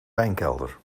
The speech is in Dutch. wijnkelder